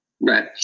Right